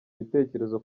ibitekerezo